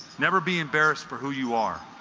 never be embarrassed for who you are